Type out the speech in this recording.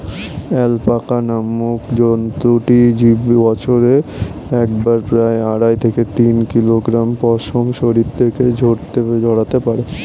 alpaca নামক জন্তুটি বছরে একবারে প্রায় আড়াই থেকে তিন কিলোগ্রাম পশম শরীর থেকে ঝরাতে পারে